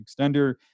extender